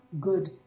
good